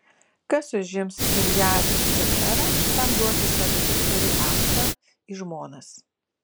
kas užims kirjat seferą tam duosiu savo dukterį achsą į žmonas